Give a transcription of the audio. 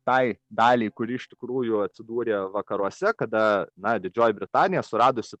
tai daliai kuri iš tikrųjų atsidūrė vakaruose kada na didžioji britanija suradusi